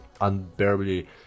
unbearably